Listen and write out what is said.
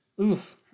Oof